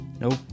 Nope